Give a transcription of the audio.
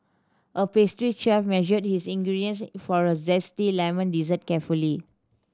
a pastry chef measured his ingredients for a zesty lemon dessert carefully